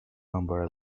number